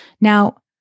Now